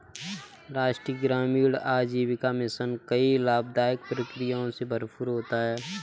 राष्ट्रीय ग्रामीण आजीविका मिशन कई लाभदाई प्रक्रिया से भरपूर होता है